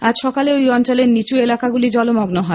আজ সকালে ওই অঞ্চলের নিচু এলাকা জলমগ্ন হয়েছে